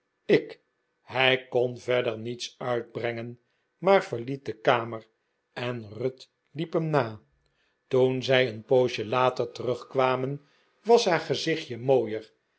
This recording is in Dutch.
ik hij kon verder niets uitbrengen maar verliet de kamer en ruth liep hem na toen zij een poosje later terugkwamen was haar gezichtje mooier